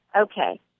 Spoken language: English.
okay